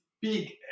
big